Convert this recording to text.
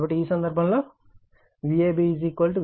కాబట్టి ఈ సందర్భంలో Vab Van Vbn అని రాయవచ్చు